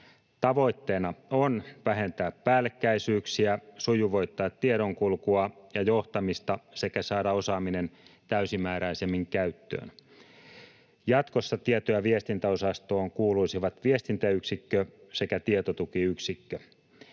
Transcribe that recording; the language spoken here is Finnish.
Tavoitteena on vähentää päällekkäisyyksiä, sujuvoittaa tiedonkulkua ja johtamista sekä saada osaaminen täysimääräisemmin käyttöön. Jatkossa tieto- ja viestintäosastoon kuuluisivat viestintäyksikkö sekä tietotukiyksikkö.